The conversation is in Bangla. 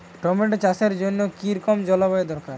টমেটো চাষের জন্য কি রকম জলবায়ু দরকার?